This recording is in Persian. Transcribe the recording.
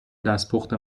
دستپخت